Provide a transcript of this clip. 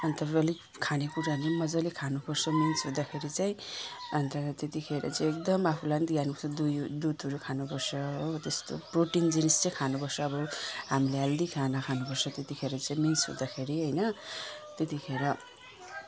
अन्त अलिक खाने कुराहरू पनि मजाले खानु पर्छ मिन्स हुँदाखेरि चाहिँ अनि त्यहाँबाट त्यतिखेर चाहिँ एकदम आफूलाई पनि दुधहरू खानु पर्छ हो त्यस्तो प्रोटिन जिनिस चाहिँ खानु पर्छ अब हामीले हेल्दी खाना खानु पर्छ त्यतिखेर चाहिँ मिन्स हुँदाखेरि होइन त्यतिखेर